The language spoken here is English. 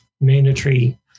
mandatory